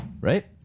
Right